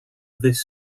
this